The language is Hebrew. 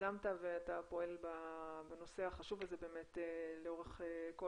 שיזמת ואתה פועל בנושא החשוב הזה באמת לאורך כל